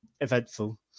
eventful